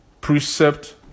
Precept